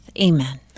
Amen